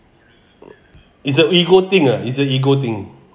it's a ego thing ah it's a ego thing